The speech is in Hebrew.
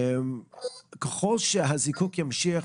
ככל שהזיקוק ימשיך,